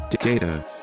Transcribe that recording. Data